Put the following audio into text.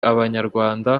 abanyarwanda